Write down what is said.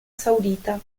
saudita